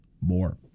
more